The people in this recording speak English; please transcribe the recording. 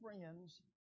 friends